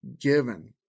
given